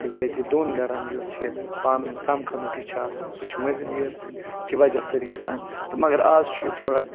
بِذٲتی دۄن گَرَن یُس یہِ پانہٕ ؤنۍ سَمکھنُک یہِ چھِ آسان سُہ چھِ مٔنٛزِم یٲر سٕنٛدۍ کہِ وجہ سۭتۍ گژھان تہٕ مگر اَز چھُ یہِ تھوڑا